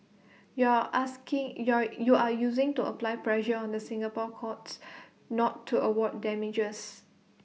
you are asking you are you are using to apply pressure on the Singapore courts not to award damages